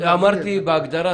אמרתי בהגדרה,